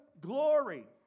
glory